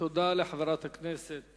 תודה לחברת הכנסת